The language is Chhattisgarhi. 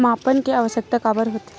मापन के आवश्कता काबर होथे?